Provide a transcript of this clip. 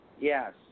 Yes